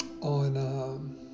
on